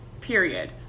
period